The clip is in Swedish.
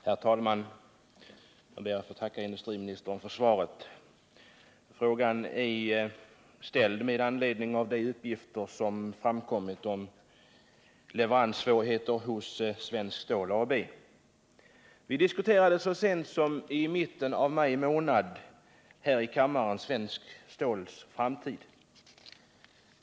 Herr talman! Jag ber att få tacka industriministern för svaret. Frågan är ställd med anledning av de uppgifter som framkommit om leveranssvårigheter hos Svenskt Stål AB. Vi diskuterade så sent som i mitten av maj månad Svenskt Ståls framtid.